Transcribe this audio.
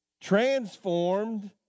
transformed